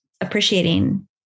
appreciating